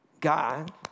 God